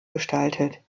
gestaltet